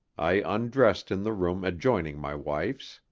i undressed in the room adjoining my wife's,